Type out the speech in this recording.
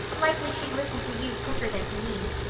likely she'd listen to you quicker than to me.